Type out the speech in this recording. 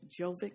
Jovic